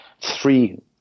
three